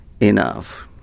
enough